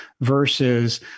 versus